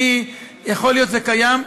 יכול להיות שזה קיים.